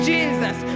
Jesus